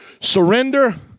surrender